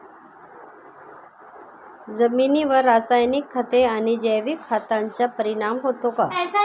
जमिनीवर रासायनिक खते आणि जैविक खतांचा परिणाम होतो का?